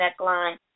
neckline